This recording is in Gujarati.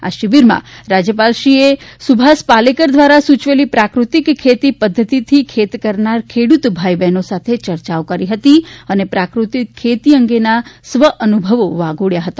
આ શિબિરમાં રાજ્યપાલશ્રીએ સુભાષ પાલેકર દ્વારા સુચવેલી પ્રાકૃતિક ખેતી પદ્ધતિથી ખેતી કરનાર ખેડૂત ભાઈ બહેનો સાથે યર્ચાઓ કરી હતી અને પ્રાકૃતિક ખેતી અંગેના સ્વઅનુભવો વગોબ્યા હતા